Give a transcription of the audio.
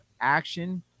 action